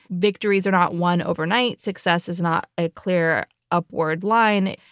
victories are not won overnight. success is not a clear upward line.